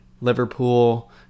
Liverpool